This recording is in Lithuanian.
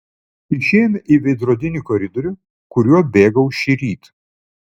išėjome į veidrodinį koridorių kuriuo bėgau šįryt